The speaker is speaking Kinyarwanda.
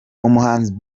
umuhanzi